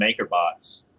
Makerbots